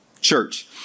church